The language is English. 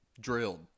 drilled